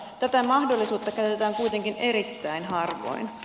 tätä mahdollisuutta käytetään kuitenkin erittäin harvoin